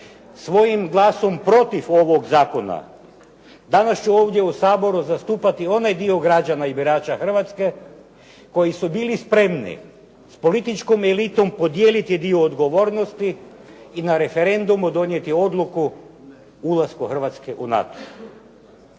svojim glasom protiv ovog zakona, danas ću ovdje u Saboru zastupati onaj dio građana i birača Hrvatske, koji su bili spremni s političkom elitom podijeliti dio odgovornosti i na referendumu donijeti odluku o ulasku Hrvatske u NATO.